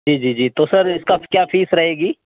جی جی جی تو سر اس کا کیا فیس رہے گی